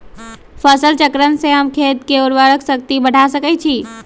फसल चक्रण से हम खेत के उर्वरक शक्ति बढ़ा सकैछि?